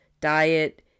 diet